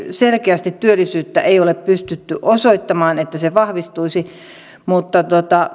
selkeästi ei ole pystytty osoittamaan että työllisyys vahvistuisi mutta